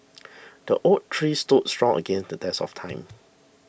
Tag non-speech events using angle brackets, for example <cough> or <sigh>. <noise> the oak tree stood strong against the test of time